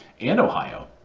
and ohio,